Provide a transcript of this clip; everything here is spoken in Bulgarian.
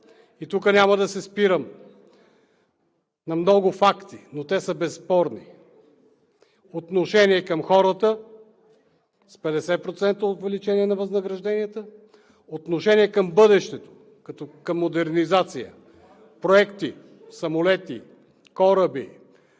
И тук няма да се спирам на много факти, но те са безспорни – отношение към хората с 50% увеличение на възнагражденията; отношение към бъдещето като модернизация: проекти, самолети, кораби,